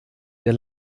der